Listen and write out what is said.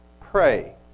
Pray